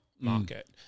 market